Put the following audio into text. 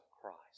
Christ